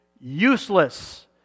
useless